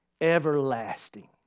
everlasting